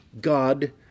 god